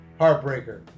Heartbreaker